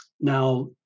Now